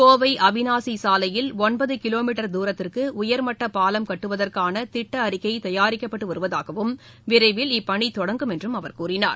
கோவை அவினாசி சாலையில் ஒன்பது கிலோமீட்டர் தூரத்திற்கு உயர்மட்ட பாலம் கட்டுவதற்கான திட்ட அறிக்கை தயாரிக்கப்பட்டு வருவதாகவும் விரைவில் இப்பணி தொடங்கும் என்றும் அவர் கூறினார்